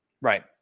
right